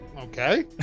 Okay